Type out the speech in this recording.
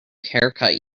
haircut